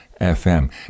FM